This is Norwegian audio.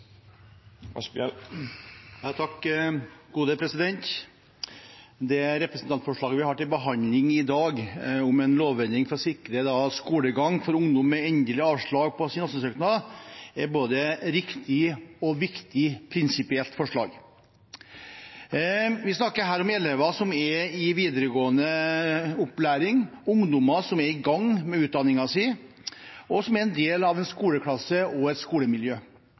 lovendring for å sikre skolegang for ungdom med endelig avslag på sin asylsøknad, er både et riktig og et viktig prinsipielt forslag. Vi snakker her om elever som er i videregående opplæring, ungdommer som er i gang med utdanningen sin, og som er en del av en skoleklasse og et skolemiljø